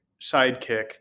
sidekick